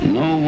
no